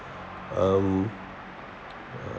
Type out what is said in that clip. um